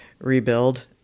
rebuild